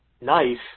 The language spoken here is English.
knife